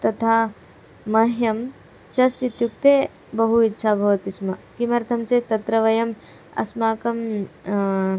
तथा मह्यं चेस् इत्युक्ते बहु इच्छा भवति स्म किमर्थं चेत् तत्र वयम् अस्माकं